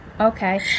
Okay